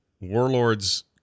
Warlords